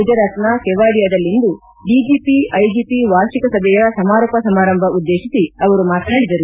ಗುಜರಾತ್ನ ಕೆವಾಡಿಯಾದಲ್ಲಿಂದು DGP IGP ವಾರ್ಷಿಕ ಸಭೆಯ ಸಮಾರೋಪ ಸಮಾರಂಭ ಉದ್ದೇಶಿಸಿ ಅವರು ಮಾತನಾಡಿದರು